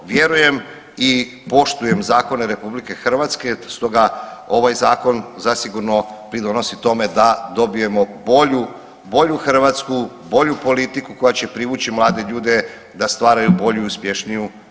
Vjerujem i poštujem zakone RH, stoga ovaj zakon zasigurno pridonosi tome da dobijemo bolju Hrvatsku, bolju politiku koja će privući mlade ljude da stvaraju bolju i uspješniju Hrvatsku.